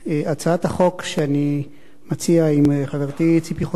הצעת החוק שאני מציע עם חברתי ציפי חוטובלי,